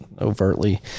overtly